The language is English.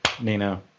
Nina